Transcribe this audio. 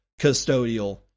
custodial